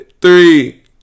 three